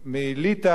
מליטא,